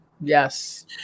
Yes